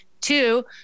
Two